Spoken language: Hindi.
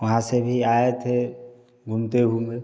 वहाँ से भी आए थे घूमते हुए